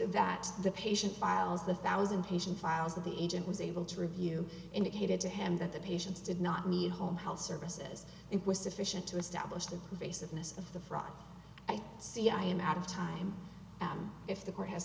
that the patient files the thousand patient files that the agent was able to review indicated to him that the patients did not meet home health services it was sufficient to establish the base of miss of the fraud i see i am out of time if the court has